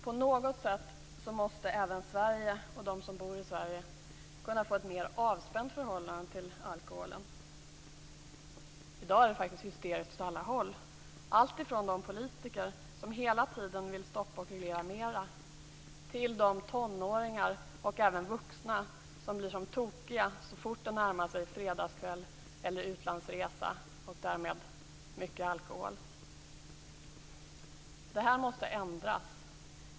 På något sätt måste även Sverige och de som bor här kunna få ett mer avspänt förhållande till alkoholen. I dag är det hysteriskt åt alla håll - alltifrån de politiker som hela tiden vill stoppa och reglera mera till de tonåringar och även vuxna som blir som tokiga så fort det närmar sig fredagskväll eller utlandsresa och därmed mycket alkohol. Det här måste ändras!